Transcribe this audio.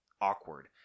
awkward